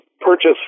purchase